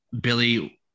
Billy